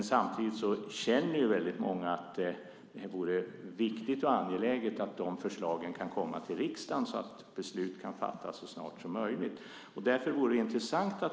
Samtidigt känner väldigt många att det är viktigt och angeläget att förslagen kommer till riksdagen så att beslut kan fattas så snart som möjligt.